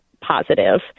positive